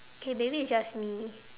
okay maybe it's just me